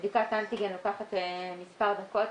שבדיקת אנטיגן לוקחת מספר דקות.